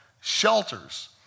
Shelters